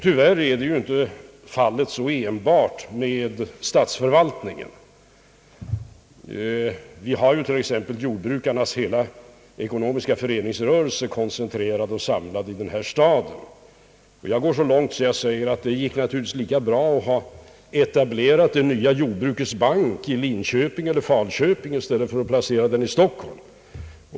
Tyvärr är ju så inte fallet enbart med statsförvaltningen. Så är t.ex. jordbrukarnas hela ekonomiska föreningsrörelse koncentrerad och samlad i denna stad. Jag går så långt som att säga, att det naturligtvis hade gått lika bra att etablera den nya Jordbrukets bank i Linköping eller Falköping som i Stockholm.